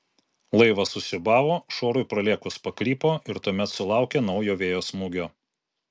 laivas susiūbavo šuorui pralėkus pakrypo ir tuomet sulaukė naujo vėjo smūgio